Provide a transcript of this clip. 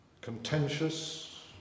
contentious